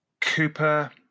Cooper